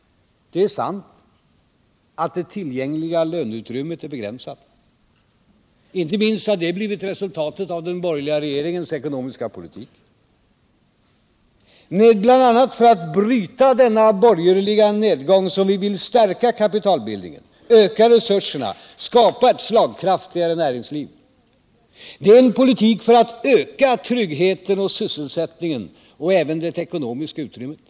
Det är sant att det tillgängliga löneutrymmet är begränsat. Inte minst har detta blivit resultatet av den borgerliga regeringens ekonomiska politik. Men det är bl.a. för att bryta denna borgerliga nedgång som vi vill stärka kapitalbildningen, öka resurserna, skapa ett slagkraftigare näringsliv. Det är en politik för att öka tryggheten och sysselsättningen och även det ekonomiska utrymmet.